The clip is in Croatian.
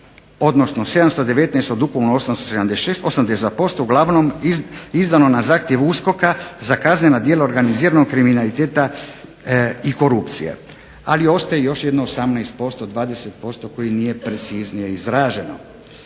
odnosno 719 od ukupno 876, 82% uglavnom izdano je na zahtjev USKOK-a za kaznena djela organiziranog kriminaliteta i korupcije. Ali, ostaje još jedno 18%, 20% koji nije preciznije izraženo.